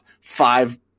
five